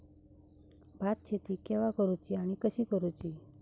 भात शेती केवा करूची आणि कशी करुची?